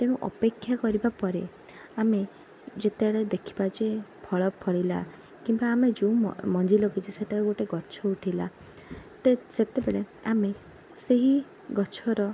ତେଣୁ ଅପେକ୍ଷା କରିବା ପରେ ଆମେ ଯେତେବେଳେ ଦେଖିବା ଯେ ଫଳ ଫଳିଲା କିମ୍ବା ଆମେ ଯେଉଁ ମଞ୍ଜି ଲଗାଇଛେ ସେଇଟାରୁ ଗୋଟେ ଗଛ ଉଠିଲା ତ ସେତେବେଳେ ଆମେ ସେହି ଗଛର